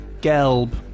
Gelb